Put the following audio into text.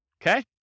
Okay